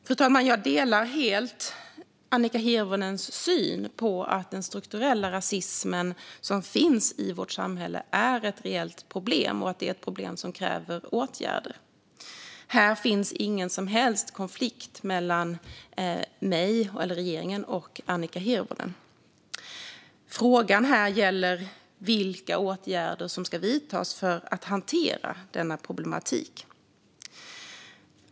Fru talman! Jag delar helt Annika Hirvonens syn på att den strukturella rasismen som finns i vårt samhälle är ett reellt problem och att det är ett problem som kräver åtgärder. Här finns ingen som helst konflikt mellan mig, eller regeringen, och Annika Hirvonen. Frågan här gäller vilka åtgärder som ska vidtas för att hantera denna problematik.